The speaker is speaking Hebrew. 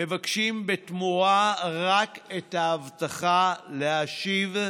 מבקשים בתמורה רק את ההבטחה להשיב,